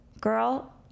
girl